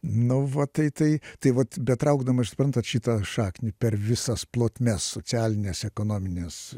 nu va tai tai tai vat betraukdamas suprantat šitą šaknį per visas plotmes socialines ekonomines